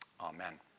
Amen